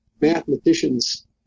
mathematicians